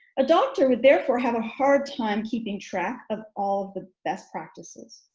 a doctor would therefore have a hard time keeping track of all the best practices,